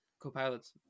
copilots